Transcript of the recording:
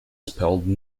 spelled